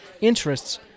interests